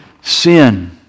sin